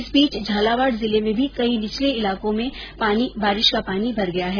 इस बीच झालावाड़ जिले में भी कई निचले इलाकों में बारिश का पानी भर गया है